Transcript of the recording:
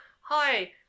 Hi